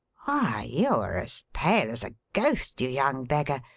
why, you are as pale as a ghost, you young beggar,